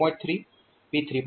3 P3